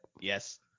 Yes